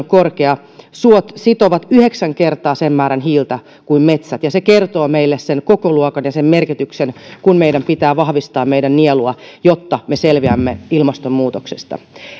korkea suot sitovat yhdeksän kertaa sen määrän hiiltä kuin metsät ja se kertoo meille sen kokoluokan ja sen merkityksen kun meidän pitää vahvistaa meidän nielua jotta me selviämme ilmastonmuutoksesta